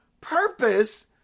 purpose